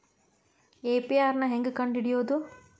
APR ನ ಹೆಂಗ್ ಕಂಡ್ ಹಿಡಿಯೋದು?